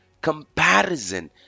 comparison